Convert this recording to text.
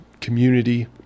community